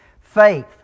Faith